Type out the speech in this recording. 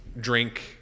drink